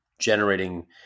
generating